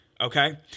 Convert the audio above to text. Okay